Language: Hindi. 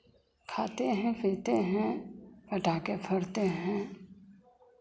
खाते हैं पीते हैं पटाखे फोड़ते हैं